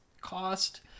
cost